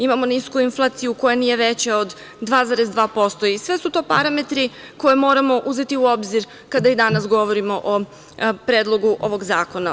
Imamo nisku inflaciju koja nije veća od 2,2% i sve su to parametri koje moramo uzeti u obzir kada i danas govorimo o predlogu ovog zakona.